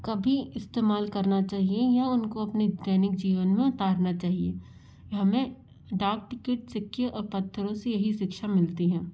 कभी इस्तेमाल करना चाहिए या उनको अपने दैनिक जीवन में उतारना चाहिए हमें डाक टिकेट सिक्के और पत्थरों से यही शिक्षा मिलती है